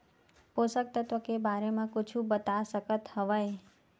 पोषक तत्व के बारे मा कुछु बता सकत हवय?